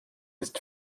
ist